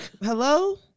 Hello